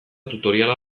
tutoriala